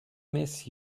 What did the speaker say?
miss